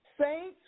Saints